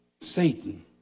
Satan